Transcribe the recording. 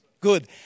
Good